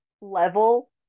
level